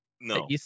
No